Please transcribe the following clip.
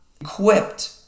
equipped